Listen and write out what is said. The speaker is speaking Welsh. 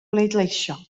bleidleisio